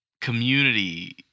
community